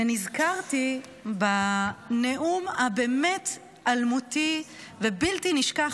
ונזכרתי בנאום הבאמת אלמותי ובלתי נשכח